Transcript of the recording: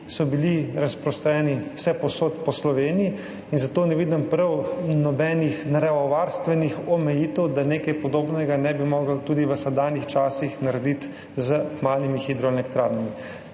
so bili razprostrani vsepovsod po Sloveniji in zato ne vidim prav nobenih naravovarstvenih omejitev, da nekaj podobnega ne bi mogli narediti tudi v sedanjem času z malimi hidroelektrarnami.